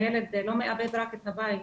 הילד לא מאבד רק את הבית,